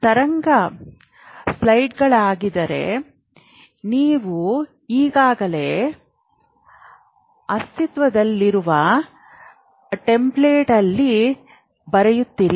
ತರಂಗ ಸ್ಪೈಕ್ಗಳಾಗಿದ್ದರೆ ನೀವು ಈಗಾಗಲೇ ಅಸ್ತಿತ್ವದಲ್ಲಿರುವ ಟೆಂಪ್ಲೇಟ್ನಲ್ಲಿ ಬರೆಯುತ್ತೀರಿ